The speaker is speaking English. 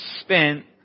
spent